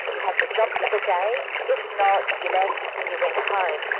you had the job for the day, if not, you left and you went home.